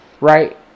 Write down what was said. Right